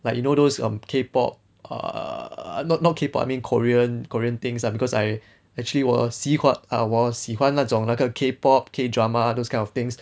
like you know those um K pop err not not K pop I mean korean korean things ah because I actually 我喜欢我喜欢那种那个 K pop K drama those kind of things